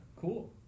Cool